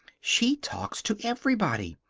she talks to everybody.